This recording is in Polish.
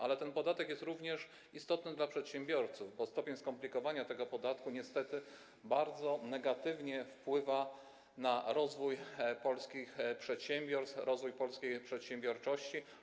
Ale ten podatek jest również istotny dla przedsiębiorców, bo stopień skomplikowania tego podatku niestety bardzo negatywnie wpływa na rozwój polskich przedsiębiorstw, rozwój polskiej przedsiębiorczości.